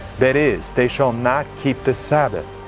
that is, they shall not keep the sabbath,